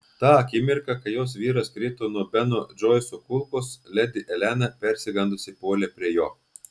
tą akimirką kai jos vyras krito nuo beno džoiso kulkos ledi elena persigandusi puolė prie jo